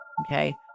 okay